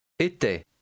Était